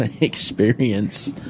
Experience